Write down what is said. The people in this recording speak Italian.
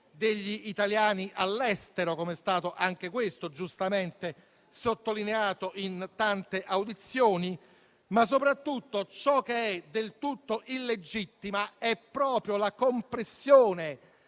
degli italiani all'estero, che è stato giustamente sottolineato in tante audizioni. Soprattutto, ciò che è del tutto illegittimo è proprio la compressione